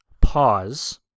pause